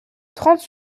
trente